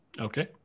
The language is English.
Okay